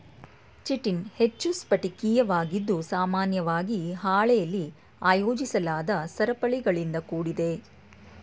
chitin ಹೆಚ್ಚು ಸ್ಫಟಿಕೀಯವಾಗಿದ್ದು ಸಾಮಾನ್ಯವಾಗಿ ಹಾಳೆಲಿ ಆಯೋಜಿಸಲಾದ ಸರಪಳಿಗಳಿಂದ ಕೂಡಿದೆ